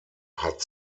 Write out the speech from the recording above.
hat